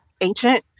ancient